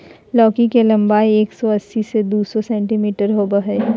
लौकी के लम्बाई एक सो अस्सी से दू सो सेंटीमिटर होबा हइ